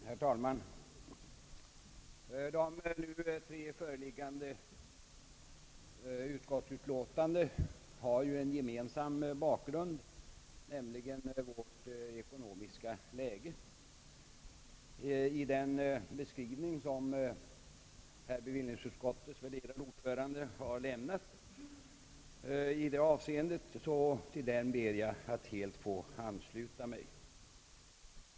Herr talman! De tre nu föreliggande utskottsbetänkandena har en gemensam bakgrund, nämligen vårt ekonomiska läge. Till den beskrivning som bevillningsutskottets värderade ordförande har lämnat ber jag att helt få ansluta mig.